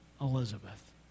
Elizabeth